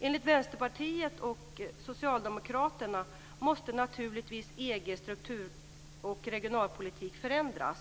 Enligt Vänsterpartiet och Socialdemokraterna måste EG:s struktur och regionalpolitik förändras.